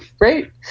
right